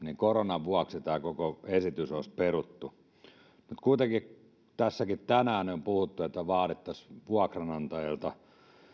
koronan vuoksi tämä koko esitys olisi peruttu nyt kun kuitenkin tänäänkin on puhuttu että vaadittaisiin vuokranantajilta